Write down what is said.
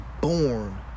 born